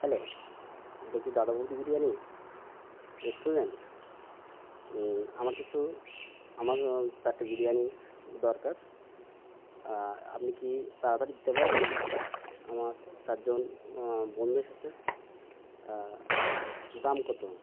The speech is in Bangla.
হ্যালো এটা কি দাদা বৌদি বিরিয়ানি রেস্টুরেন্ট আমার কিছু আমার চারটে বিরিয়ানির দরকার আপনি কি তাড়াতাড়ি দিতে পারবেন আমার চারজন বন্ধু এসেছে দাম কত